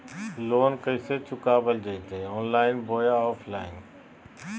Loan कैसे चुकाबल जयते ऑनलाइन बोया ऑफलाइन?